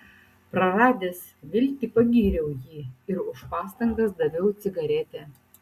praradęs viltį pagyriau jį ir už pastangas daviau cigaretę